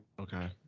okay